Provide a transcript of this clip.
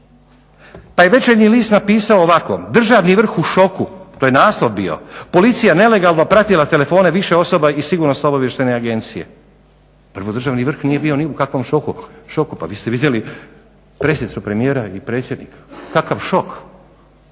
pa je Večernji list napisao ovako: "Državni vrh u šoku" to je naslov bio. "Policija nelegalno pratila telefone više osoba iz sigurnosno-obavještajne agencije." Prvo, državni vrh nije bio ni u kakvom šoku. Pa vi ste vidjeli presicu premijera i Predsjednika. Kakav šok?